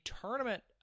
tournament